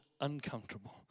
uncomfortable